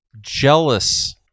Jealous